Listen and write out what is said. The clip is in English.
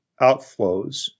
outflows